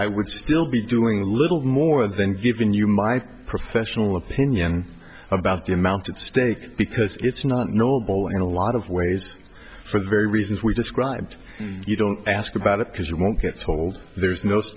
i would still be doing a little more than giving you my professional opinion about the amount at stake because it's not knowable in a lot of ways for the very reasons we described you don't ask about it because you won't get told there's